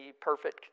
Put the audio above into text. perfect